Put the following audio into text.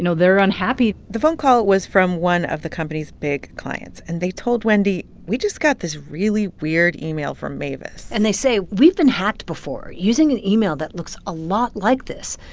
they're unhappy the phone call was from one of the company's big clients. and they told wendy, we just got this really weird email from mavis and they say, we've been hacked before using an email that looks a lot like this.